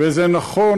וזה נכון,